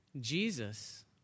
Jesus